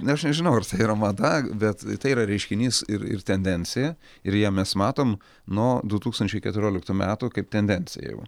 aš nežinau ar tai yra mada bet tai yra reiškinys ir ir tendencija ir ją mes matom nuo du tūkstančiai keturioliktų metų kaip tendenciją jau